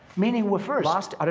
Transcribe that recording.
meaning we're first. last?